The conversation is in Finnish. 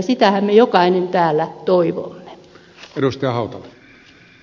sitähän me jokainen täällä toivomme